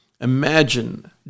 Imagine